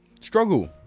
Struggle